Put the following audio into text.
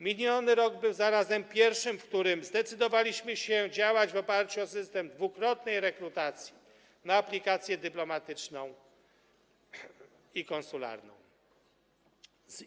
Miniony rok był zarazem pierwszym rokiem, w którym zdecydowaliśmy się działać w oparciu o system dwukrotnej rekrutacji na aplikację dyplomatyczną i konsularną.